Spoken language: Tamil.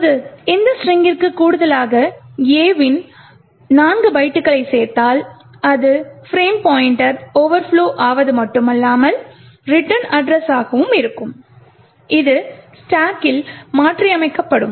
இப்போது இந்த ஸ்ட்ரிங்கிற்கு கூடுதலாக A இன் 4 பைட்டுகளைச் சேர்த்தால் அது பிரேம் பாய்ண்ட்டர் ஓவர்ப்லொ ஆவது மட்டுமல்லாமல் ரிட்டர்ன் அட்ரெஸ்ஸாகவும் இருக்கும் இது ஸ்டாக்கில் மாற்றியமைக்கப்படும்